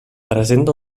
presenta